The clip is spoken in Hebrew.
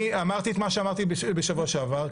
אני אמרתי את מה שאמרתי בשבוע שעבר,